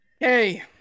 Hey